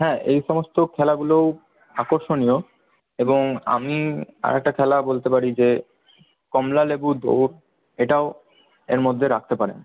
হ্যাঁ এই সমস্ত খেলাগুলোও আকর্ষণীয় এবং আমি আর একটা খেলা বলতে পারি যে কমলালেবু দৌড় এটাও এর মধ্যে রাখতে পারেন